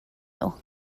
nhw